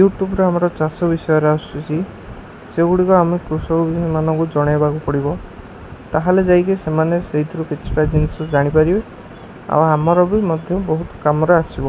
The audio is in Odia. ୟୁଟ୍ୟୁବ୍ରେ ଆମର ଚାଷ ବିଷୟରେ ଆସୁଛି ସେଗୁଡ଼ିକ ଆମେ କୃଷକମାନଙ୍କୁ ଜଣେଇବାକୁ ପଡ଼ିବ ତା'ହେଲେ ଯାଇକି ସେମାନେ ସେଇଥିରୁ କିଛିଟା ଜିନିଷ ଜାଣିପାରିବେ ଆଉ ଆମର ବି ମଧ୍ୟ ବହୁତ କାମରେ ଆସିବ